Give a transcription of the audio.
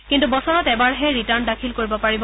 কিন্তু বছৰত এবাৰহে ৰিটাৰ্ণ দাখিল কৰিব পাৰিব